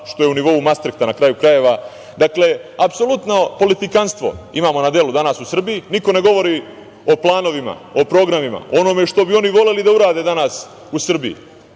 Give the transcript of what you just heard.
što je u nivou Mastrihta, na kraju krajeva. Dakle, apsolutno politikanstvo imamo na delu danas u Srbiji. Niko ne govori o planovima, o programima, o onome šta bi oni voleli da urade danas u